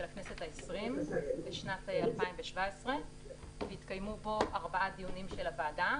הכנסת ה-20 בשנת 2017. התקיימו בו ארבעה דיונים של הוועדה.